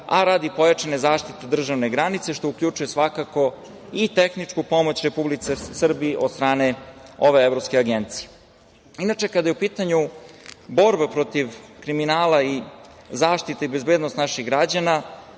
a radi pojačane zaštite državne granice, što uključuje svakako i tehničku pomoć Republici Srbiji od strane ove Evropske agencije. Kada je u pitanju borba protiv kriminala i zaštita i bezbednost naših građana,